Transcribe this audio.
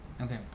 Okay